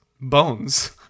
bones